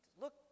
Look